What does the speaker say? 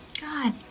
God